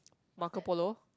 Marco Polo